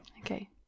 Okay